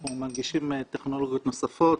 אנחנו מנגישים טכנולוגיות נוספות,